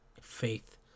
Faith